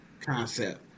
concept